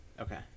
Okay